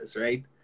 right